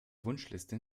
wunschliste